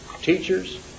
teachers